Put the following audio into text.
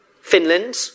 Finland